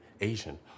Asian